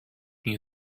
new